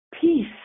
peace